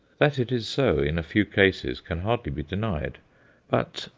that it is so in a few cases can hardly be denied but,